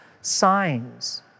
signs